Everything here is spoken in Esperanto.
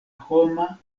homa